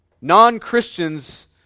Non-Christians